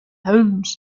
holmes